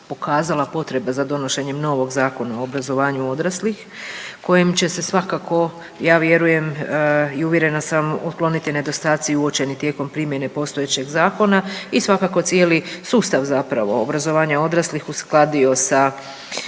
pokazala potreba za donošenjem novog Zakona o obrazovanju odraslih kojim će se svakako ja vjerujem i uvjerena sam otkloniti nedostaci uočeni tijekom primjene postojećeg zakona i svakako cijeli sustav zapravo obrazovanja odraslih uskladio sa